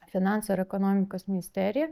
finansų ir ekonomikos ministerija